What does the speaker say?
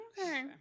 Okay